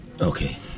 Okay